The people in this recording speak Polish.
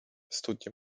studnie